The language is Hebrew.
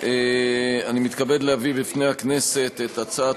אני מתכבד להביא בפני הכנסת את הצעת